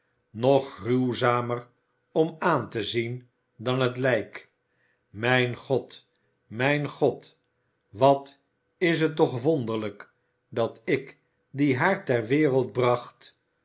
nog gruwzamer om aan te zien dan het lijk mijn god mijn god wat is het toch wonderlijk dat ik die haar ter wereld bracht